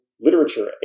literature